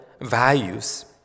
values